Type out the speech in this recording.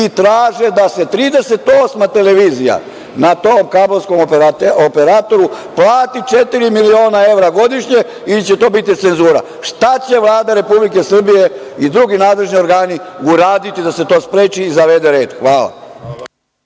i traže da se 38 televizija, na tom kablovskom operateru, plati četiri miliona evra godišnje ili će to biti cenzura. Šta će Vlada Republike Srbije i drugi nadležni organi uraditi da se to spreči i zavede red? Hvala.